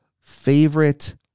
favorite